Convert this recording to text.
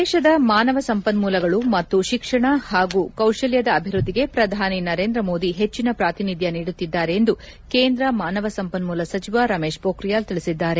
ದೇಶದ ಮಾನವ ಸಂಪನ್ಮೂಲಗಳು ಮತ್ತು ಶಿಕ್ಷಣ ಹಾಗೂ ಕೌಶಲ್ಯದ ಅಭಿವೃದ್ಧಿಗೆ ಪ್ರಧಾನಿ ನರೇಂದ್ರ ಮೋದಿ ಹೆಚ್ಚಿನ ಪಾತಿನಿಧ್ಯ ನೀಡುತ್ತಿದ್ದಾರೆ ಎಂದು ಕೇಂದ್ರ ಮಾನವ ಸಂಪನ್ಮೂಲ ಸಚಿವ ರಮೇಶ್ ಮೋಖಿಯಾಲ್ ತಿಳಿಸಿದ್ದಾರೆ